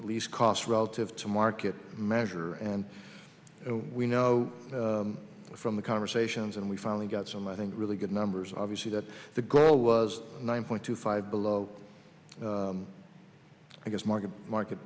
r lease costs relative to market measure and we know from the conversations and we finally got some i think really good numbers obviously that the girl was nine point two five below i guess mortgage market